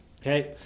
Okay